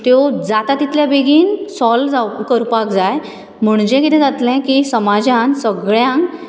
त्यो जाता तितल्या बेगीन सोल्व जाव करपाक जाय म्हणजे कितें जातले की समाजान सगळ्यांक